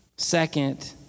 Second